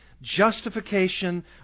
Justification